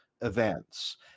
events